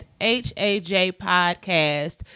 hajpodcast